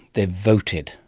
they've voted.